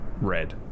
red